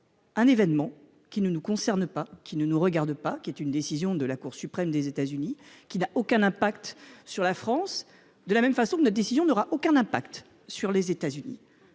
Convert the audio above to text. un événement qui ne nous concerne pas et ne nous regarde pas : une décision de la Cour suprême des États-Unis qui n'a aucun impact sur la France, de la même façon que notre vote n'en aura aucun sur les États-Unis.